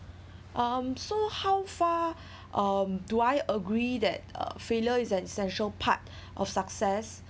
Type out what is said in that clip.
um so how far um do I agree that uh failure is an essential part of success